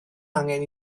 angen